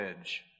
Edge